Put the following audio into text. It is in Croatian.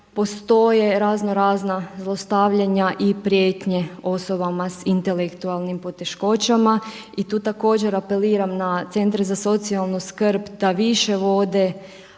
postoje raznorazna dostavljanja i prijetnje osobama s intelektualnim poteškoćama i tu također apeliram na centre za socijalnu skrb da više voda